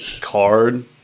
card